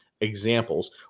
examples